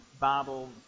Bible